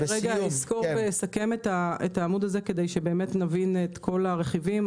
לסיים את העמוד הזה כדי שבאמת נבין את כל הרכיבים.